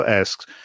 asks